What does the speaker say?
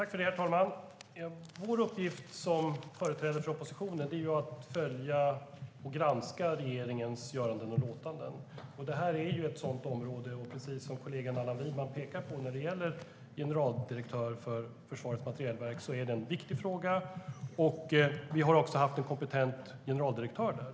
Herr talman! Vår uppgift som företrädare för oppositionen är att följa och granska regeringens göranden och låtanden. Det här är ett sådant område. Som kollegan Allan Widman pekar på är frågan om generaldirektör för Försvarets materielverk viktig. Vi har haft en kompetent generaldirektör där.